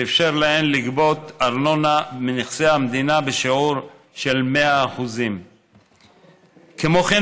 שאפשר להן לגבות ארנונה מנכסי המדינה בשיעור של 100%. כמו כן,